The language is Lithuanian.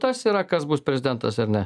tas yra kas bus prezidentas ar ne